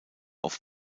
auf